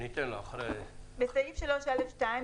(2)בסעיף 3(א)(2),